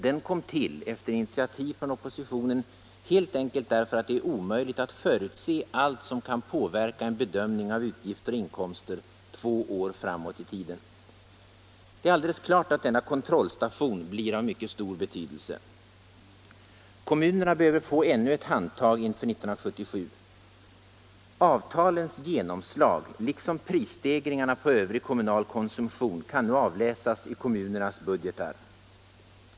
Den kom till — efter initiativ från oppositionen — helt enkelt därför att det är omöjligt att förutse allt som kan påverka en bedömning av utgifter och inkomster två år framåt i tiden. Det är alldeles klart att denna kontrollstation blir av mycket stor betydelse. Kommunerna behöver få ännu ett handtag inför 1977. Avtalens genomslag liksom prisstegringarna på övrig kommunal konsumtion kan nu avläsas i kommunernas budgeter.